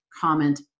comment